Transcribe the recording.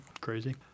Crazy